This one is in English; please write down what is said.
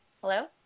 Hello